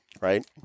Right